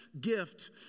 gift